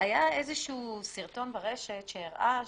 היה איזה שהוא סרטון ברשת שהראה